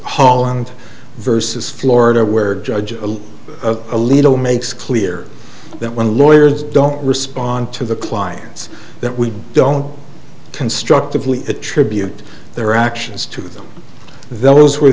holland versus florida where judges a little makes clear that when lawyers don't respond to the clients that we don't constructively attribute their actions to them those were